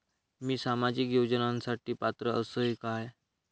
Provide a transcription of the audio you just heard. मी सामाजिक योजनांसाठी पात्र असय काय?